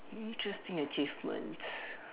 interesting achievements